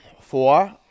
Four